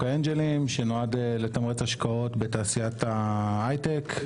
האנג'לים שנועד לתמרץ השקעות בתעשיית ההייטק,